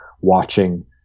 watching